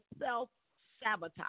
self-sabotage